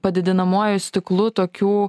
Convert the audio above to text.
padidinamuoju stiklu tokių